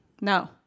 No